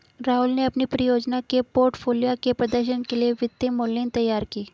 राहुल ने अपनी परियोजना के पोर्टफोलियो के प्रदर्शन के लिए वित्तीय मॉडलिंग तैयार की